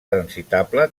transitable